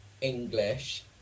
English